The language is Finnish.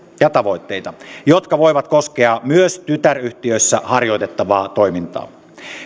ja tavoitteita jotka voivat koskea myös tytäryhtiöissä harjoitettavaa toimintaa